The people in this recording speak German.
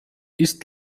ist